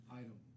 item